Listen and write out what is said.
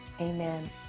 Amen